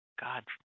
God